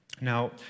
Now